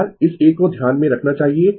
r इस एक को ध्यान में रखना चाहिए